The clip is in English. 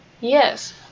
Yes